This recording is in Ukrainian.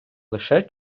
лише